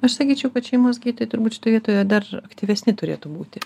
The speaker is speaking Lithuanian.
aš sakyčiau kad šeimos gydytojai turbūt šitoj vietoje dar aktyvesni turėtų būti